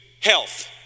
health